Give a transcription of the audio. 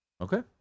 Okay